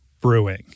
Brewing